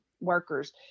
workers